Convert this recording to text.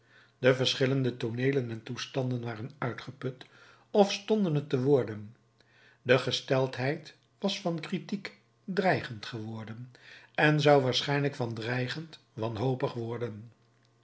de verschillende tooneelen en toestanden waren uitgeput of stonden het te worden de gesteldheid was van kritiek dreigend geworden en zou waarschijnlijk van dreigend wanhopig worden